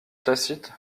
tacite